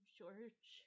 George